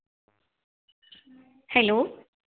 hello